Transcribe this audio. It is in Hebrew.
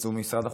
יצאו ממשרד החוץ.